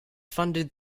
funded